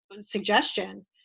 suggestion